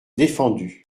défendus